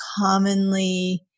commonly